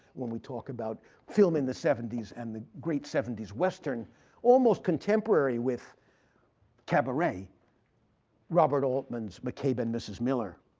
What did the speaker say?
when we talk about film in the seventy s, and the great seventy s western almost contemporary with cabaret robert altman's mccabe and mrs. miller.